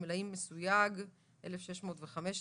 חשמלאי מסויג - 1,615.